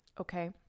Okay